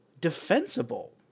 defensible